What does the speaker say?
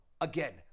again